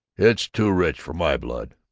it's too rich for my blood!